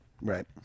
right